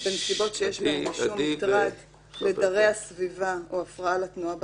בנסיבות שיש בהן משום מטרד לדרי הסביבה או הפרעה לתנועה בדרכים,